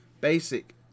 Basic